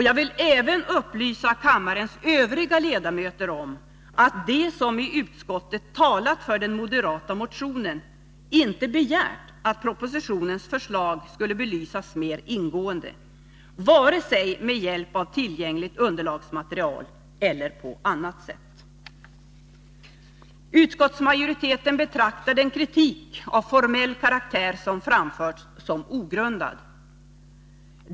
Jag vill även upplysa kammarens övriga ledamöter om att de som i utskottet talat för den moderata motionen inte begärt att propositionens förslag skulle belysas mer ingående, vare sig med hjälp av tillgängligt underlagsmaterial eller på annat sätt. Utskottsmajoriteten betraktar den kritik av formell karaktär som framförts som ogrundad.